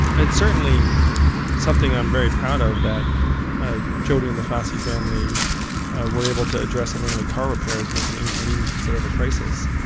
it's certainly something i'm very proud of that ah jodie and the fassi family were able to address something like car repairs and it's an inconvenience instead of a crisis.